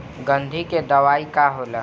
गंधी के दवाई का होला?